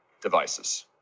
devices